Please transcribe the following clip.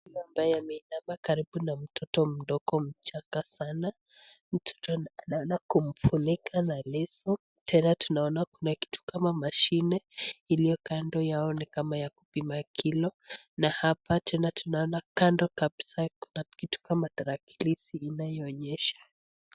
Mama ambaye ameinama karibu na mtoto mdogo mchanga sana. Mtoto analala ,kumfunika na leso tena tunaona kuna kitu kama mashine iliyo kando yao ni kama ya kupima kilo na hapa tena tunaona kando kabisa kuna kitu kama tarakilishi inayoonyesha.